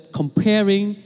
comparing